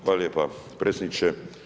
Hvala lijepo predsjedniče.